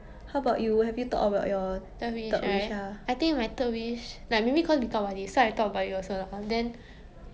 you know 有些穷的人 right like money is an issue but maybe money cannot help you survive in a sense like